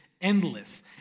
endless